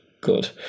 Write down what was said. Good